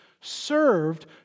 served